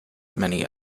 many